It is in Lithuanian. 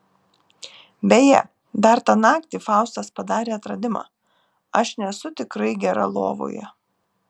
beje dar tą naktį faustas padarė atradimą aš nesu tikrai gera lovoje